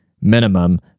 minimum